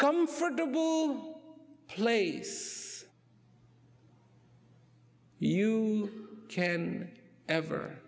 come from the place you can ever